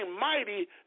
mighty